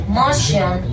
motion